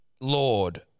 lord